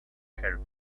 helper